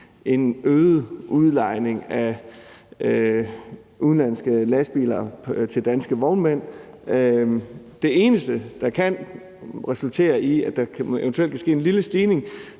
i udlejningen af udenlandske lastbiler til de danske vognmænd. Det eneste, der kan resultere i, at der eventuelt kan ske en lille stigning,